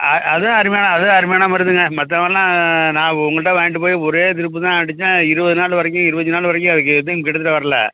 அதுவும் அருமையான அதுவும் அருமையான மருந்துங்க மத்தவன்லாம் நான் உங்கள்ட்ட வாங்கிட்டுப்போய் ஒரே ட்ரிப்பு தான் அடித்தேன் இருபது நாள் வரைக்கும் இருபத்தஞ்சு நாள் வரைக்கும் அதுக்கு எதுவும் கெடுதல் வரல